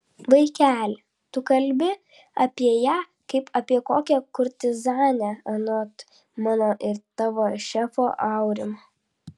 vaikeli tu kalbi apie ją kaip apie kokią kurtizanę anot mano ir tavo šefo aurimo